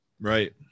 Right